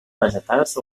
vegetals